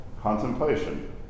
contemplation